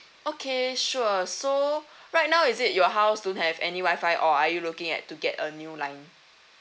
okay sure so right now is it your house don't have any wifi or are you looking at to get a new line